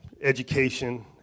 education